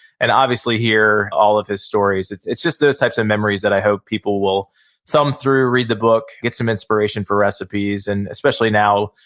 and obviously, here, all of his stories, it's it's just those types of memories that i hope people will thumb through, read the book, get some inspiration for recipes. and especially now,